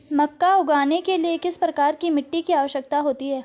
मक्का उगाने के लिए किस प्रकार की मिट्टी की आवश्यकता होती है?